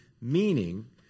meaning